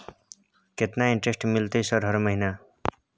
केतना इंटेरेस्ट मिलते सर हर महीना?